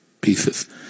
pieces